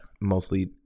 mostly